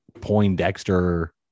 poindexter